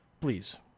Please